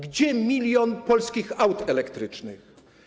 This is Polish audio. Gdzie milion polskich aut elektrycznych?